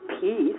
peace